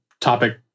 topic